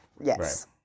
yes